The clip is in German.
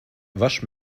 wasch